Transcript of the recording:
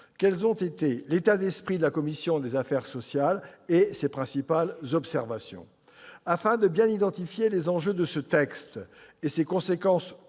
quels ont été l'état d'esprit de la commission des affaires sociales et ses principales observations. Afin de bien identifier les enjeux de ce texte et ses conséquences